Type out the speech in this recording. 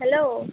hello